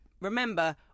remember